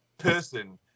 Person